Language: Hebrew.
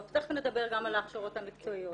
ותיכף נדבר גם על ההכשרות המקצועיות.